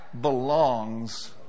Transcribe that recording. belongs